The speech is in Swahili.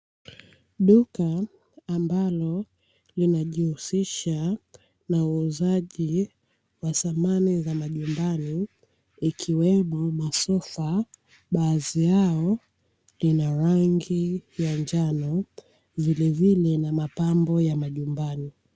Duka ambalo linajihusisha na uuzaji wa samani za majumbani ikiwemo masofa baadhi yao inarangi ya njano vilevile ina mapambo ya majumbani.